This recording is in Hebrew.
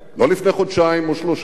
לא לפני חודשיים או שלושה,